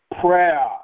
prayer